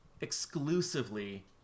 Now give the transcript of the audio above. exclusively